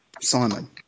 Simon